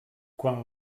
quan